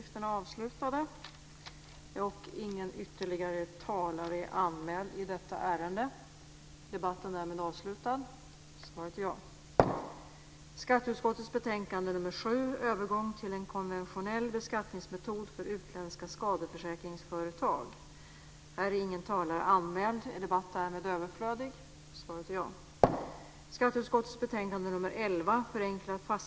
Fru talman!